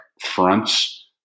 fronts